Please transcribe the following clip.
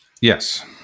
Yes